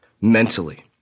mentally